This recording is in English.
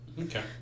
Okay